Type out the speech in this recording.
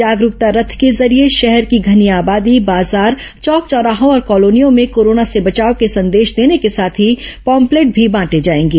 जागरूकता रथ के जरिये शहर की घनी आबादी बाजार चौक चौराहों और कॉलोनियों में कोरोना से बचाव के संदेश देने के साथ ही पॉम्पलेट भी बांटे जाएंगे